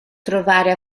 trovare